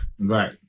right